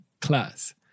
class